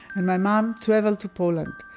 and my mom travelled to poland,